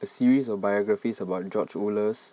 a series of biographies about George Oehlers